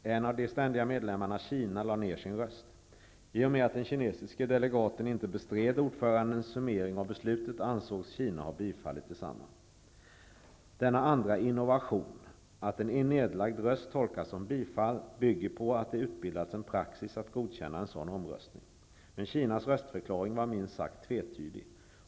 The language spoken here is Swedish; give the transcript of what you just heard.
En av de ständiga medlemmarna, Kina, lade ner sin röst. I och med att den kinesiske delegaten inte bestred ordförandens summering av beslutet ansågs Kina ha bifallit detsamma. Denna andra ''innovation'' -- att en nedlagd röst tolkas som bifall -- bygger på att det utbildats en praxis att godkänna en sådan omröstning. Men Kinas röstförklaring var minst sagt tvetydig.